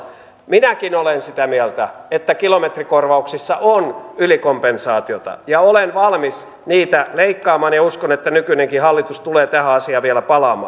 minäkin olen sitä mieltä että kilometrikorvauksissa on ylikompensaatiota ja olen valmis niitä leikkaamaan ja uskon että nykyinenkin hallitus tulee tähän asiaan vielä palaamaan